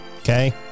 Okay